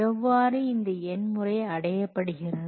எவ்வாறு இந்த எண் முறை அடையப்படுகிறது